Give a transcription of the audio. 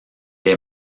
est